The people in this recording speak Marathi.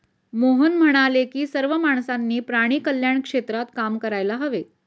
मोहन म्हणाले की सर्व माणसांनी प्राणी कल्याण क्षेत्रात काम करायला हवे